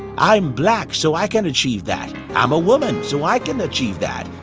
i'm black so i can't achieve that, i'm a woman, so i can't achieve that,